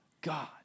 God